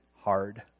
hard